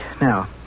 Now